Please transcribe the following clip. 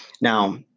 Now